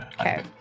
Okay